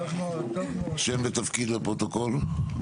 שם ותפקיד לפרוטוקול.